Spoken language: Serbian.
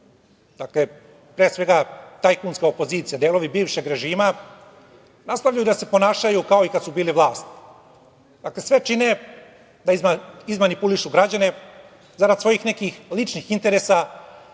dakle tajkunska opozicija, delovi bivšeg režima nastavljaju da se ponašaju kao i kad su bili vlast. Sve čine da izmanipulišu građane zarad nekih svojih ličnih interesa